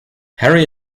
harry